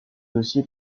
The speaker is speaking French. dossier